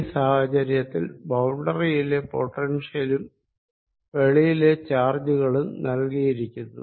ഈ സാഹചര്യത്തിൽ ബൌണ്ടറിയിലെ പൊട്ടൻഷ്യലും വെളിയിലെ ചാർജുകളും നൽകിയിരിക്കുന്നു